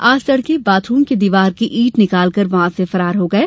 आज तड़के बाथरूम की दीवार की ईंट निकालकर वहां से फरार हो गये